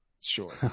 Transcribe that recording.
Sure